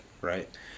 right